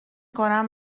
کنم